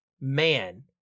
Man